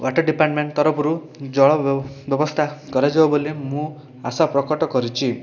water department ତରଫରୁ ଜଳ ବ୍ୟବସ୍ଥା କରାଯାଉ ବୋଲି ମୁଁ ଆଶା ପ୍ରକଟ କରିଛି